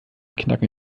knacken